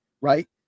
Right